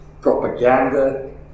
propaganda